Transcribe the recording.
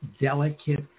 delicate